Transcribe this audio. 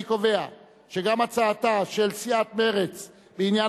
אני קובע שגם הצעתה של סיעת מרצ בעניין